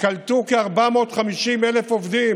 קלטו כ-450,000 עובדים